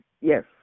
Yes